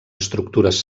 estructures